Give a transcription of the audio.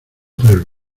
tres